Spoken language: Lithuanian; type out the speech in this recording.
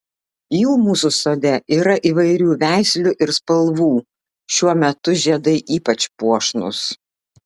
jų mūsų sode yra įvairių veislių ir spalvų šiuo metu žiedai ypač puošnūs